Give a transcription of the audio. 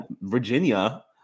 Virginia